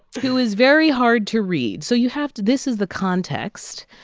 who is very hard to read. so you have to this is the context.